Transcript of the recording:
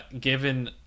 given